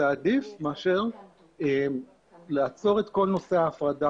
זה עדיף מאשר לעצור את כל נושא ההפרדה